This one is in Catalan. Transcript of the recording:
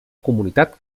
comunitat